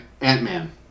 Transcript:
Ant-Man